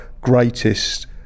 greatest